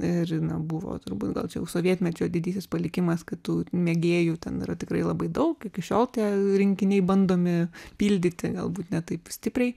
ir na buvo turbūt jau gal čia jau sovietmečio didysis palikimas kad tų mėgėjų ten yra tikrai labai daug iki šiol tie rinkiniai bandomi pildyti galbūt ne taip stipriai